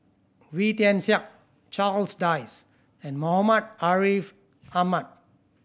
Wee Tian Siak Charles Dyce and Muhammad Ariff Ahmad